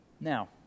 Now